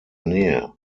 nähe